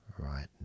right